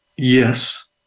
Yes